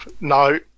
no